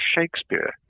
Shakespeare